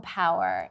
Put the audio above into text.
power